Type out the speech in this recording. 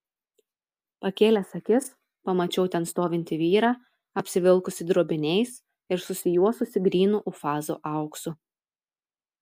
pakėlęs akis pamačiau ten stovintį vyrą apsivilkusį drobiniais ir susijuosusį grynu ufazo auksu